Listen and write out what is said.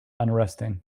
unresting